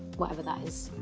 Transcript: whatever that